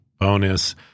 bonus